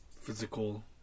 physical